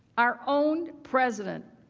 our own president